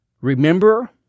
Remember